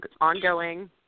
ongoing